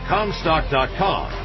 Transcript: Comstock.com